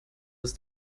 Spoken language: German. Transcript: ist